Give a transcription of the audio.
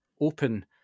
open